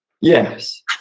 Yes